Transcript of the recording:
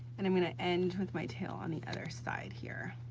and i'm gonna end with my tail on the other side here.